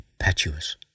impetuous